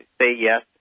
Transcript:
say-yes